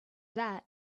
that